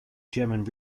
german